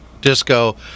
disco